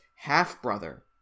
half-brother